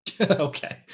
Okay